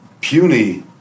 puny